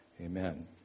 amen